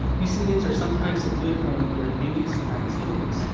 these students are sometimes secluded from their communities, from activities,